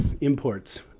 imports